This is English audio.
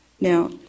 Now